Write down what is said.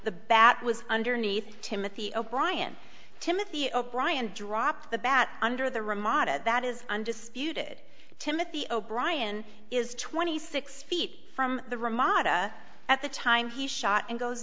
the bat was underneath timothy o'brien timothy o'brien dropped the bat under the ramada that is undisputed timothy o'brien is twenty six feet from the ramada at the time he shot and goes